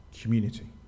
Community